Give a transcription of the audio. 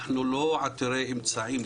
אנחנו לא עתירי אמצעים,